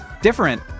different